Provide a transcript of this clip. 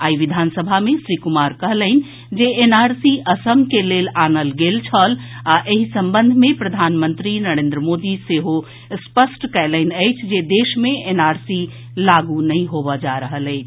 आई विधानसभा मे श्री कुमार कहलनि जे एनआरसी असम के लेल आनल गेल छल आ एहि संबंध मे प्रधानमंत्री नरेन्द्र मोदी सेहो स्पष्ट कयलनि अछि जे देश मे एनआरसी लागू नहि होबय जा रहल अछि